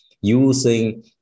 using